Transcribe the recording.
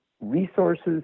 resources